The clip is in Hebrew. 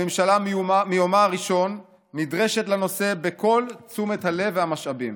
הממשלה מיומה הראשון נדרשת לנושא בכל תשומת הלב והמשאבים.